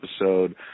episode